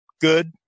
good